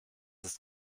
ist